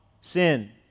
Sin